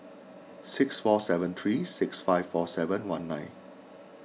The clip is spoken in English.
six four seven three six five four seven one nine